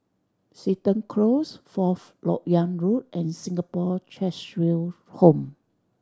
Seton Close Fourth Lok Yang Road and Singapore Cheshire Home